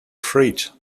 treat